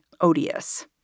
odious